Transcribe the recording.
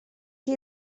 que